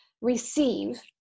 receive